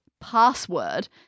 password